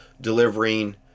delivering